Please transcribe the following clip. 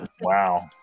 Wow